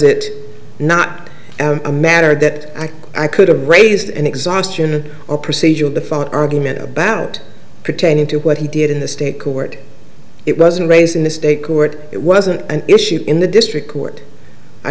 it not a matter that i could have raised an exhaustion or procedural the phone argument about pertaining to what he did in the state court it wasn't raised in the state court it wasn't an issue in the district court i